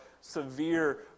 severe